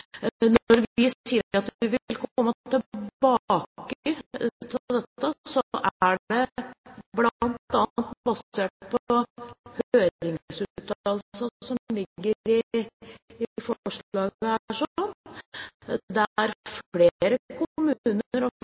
Når vi sier at vi vil komme tilbake til dette, er det bl.a. basert på høringsuttalelsene